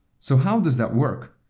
so how does that work?